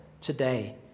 today